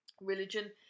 religion